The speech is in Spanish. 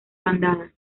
bandadas